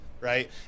Right